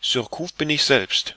surcouf bin ich selbst